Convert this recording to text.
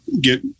get